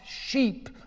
sheep